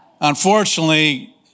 Unfortunately